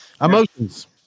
Emotions